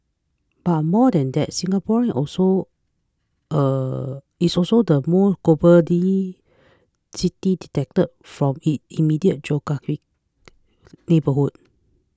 but more than that Singapore is also is also the more global city detached from its immediate geographic neighbourhood